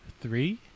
three